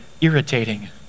irritating